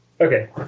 Okay